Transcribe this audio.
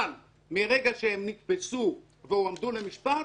אבל מרגע שהם נתפסו והועמדו למשפט,